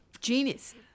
genius